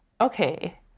okay